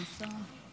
השרה?